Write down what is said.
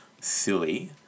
silly